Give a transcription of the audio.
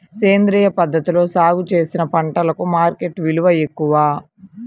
సేంద్రియ పద్ధతిలో సాగు చేసిన పంటలకు మార్కెట్ విలువ ఎక్కువ